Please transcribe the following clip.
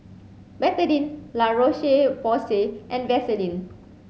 Betadine La Roche Porsay and Vaselin